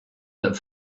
that